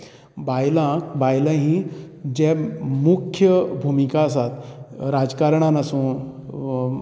बायलांक बायलां ही जे मुख्य भुमिका आसा राजकारणांत आसूं